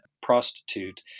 prostitute